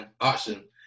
option